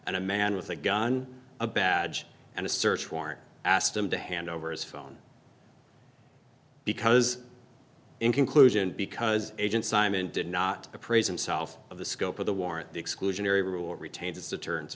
and a man with a gun a badge and a search warrant asked him to hand over his phone because in conclusion because agent simon did not appraise him self of the scope of the warrant the exclusionary rule retains its deterrence